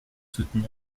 soutenir